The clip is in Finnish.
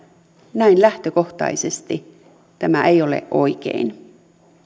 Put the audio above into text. näin lähtökohtaisesti tämä ei ole oikein